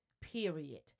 period